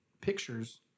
pictures